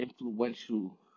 influential